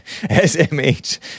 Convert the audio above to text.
SMH